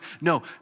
No